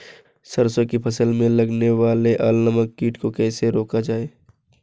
सरसों की फसल में लगने वाले अल नामक कीट को कैसे रोका जाए?